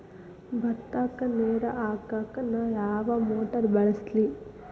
ಭತ್ತಕ್ಕ ನೇರ ಹಾಕಾಕ್ ನಾ ಯಾವ್ ಮೋಟರ್ ಬಳಸ್ಲಿ?